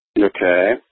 Okay